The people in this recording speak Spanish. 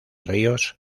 ríos